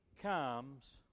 comes